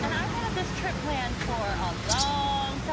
and i've had this trip planned for a long time.